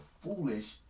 foolish